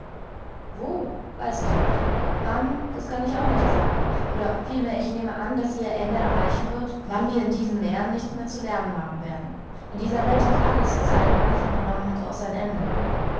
wo weiß ich nicht wann das kann ich auch nicht sagen oder vielmehr ich nehme an daß sie ihr ende erreichen wird wann wir in diesen meeren nichts mehr zu lernen haben werden in dieser welt hat alles was einen anfang genommen hat auch sein ende